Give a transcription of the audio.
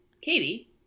Katie